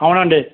అవునండి